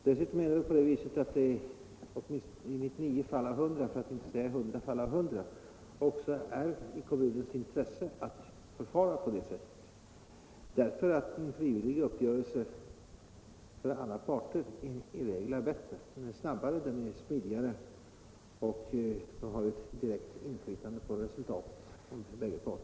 Dessutom är det väl i 99 fall av 100, för att inte säga i 100 fall av 100, också i kommunernas intresse att förfara på det sättet, därför att en frivillig uppgörelse för alla parter i regel är bättre. Den är snabbare, den är smidigare och bägge parter har ett direkt inflytande på resultatet.